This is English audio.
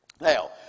Now